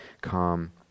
calm